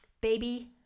baby